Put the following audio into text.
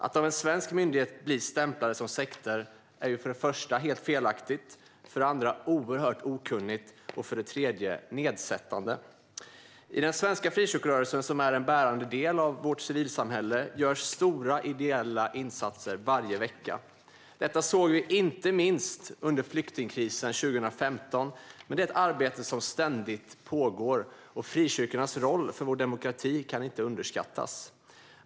Att av en svensk myndighet bli stämplade som sekter är för det första helt felaktigt, för det andra oerhört okunnigt och för det tredje nedsättande. I den svenska frikyrkorörelsen, som är en bärande del av vårt civilsamhälle, görs stora ideella insatser varje vecka. Detta såg vi inte minst under flyktingkrisen 2015, men det är ett arbete som ständigt pågår. Frikyrkornas roll för vår demokrati kan inte överskattas.